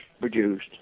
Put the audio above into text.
produced